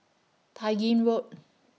Tai Gin Road